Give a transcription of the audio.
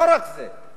לא רק זה,